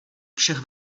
všech